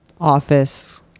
office